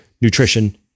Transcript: nutrition